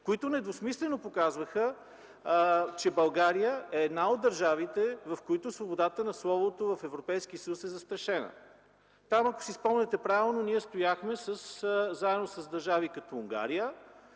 които недвусмислено показаха, че България е една от държавите, в които свободата на словото в Европейския съюз е застрашена. Там, ако си спомняте, ние стояхме заедно с държави като Унгария,